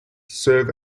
serve